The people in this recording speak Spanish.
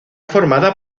formada